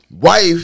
wife